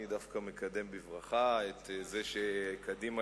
אני דווקא מקדם בברכה את זה שקדימה